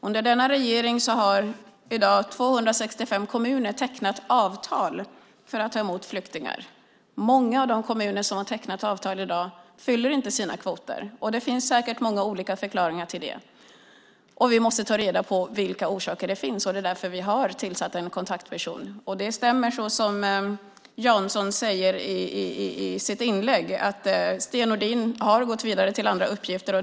Under denna regering har i dag 265 kommuner tecknat avtal för att ta emot flyktingar. Många av de kommuner som i dag har tecknat avtal fyller inte sina kvoter. Det finns säkert många olika förklaringar till det. Vi måste ta reda på vilka orsaker det finns. Det är därför vi har tillsatt en kontaktperson. Det stämmer som Jansson säger i sitt inlägg att Sten Nordin har gått vidare till andra uppgifter.